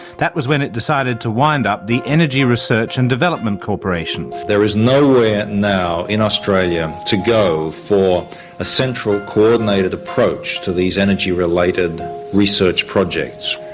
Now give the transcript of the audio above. that was when it decided to wind up the energy research and development corporation. there is nowhere now in australia to go for a central co-ordinated approach to these energy-related research projects.